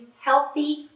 healthy